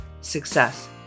success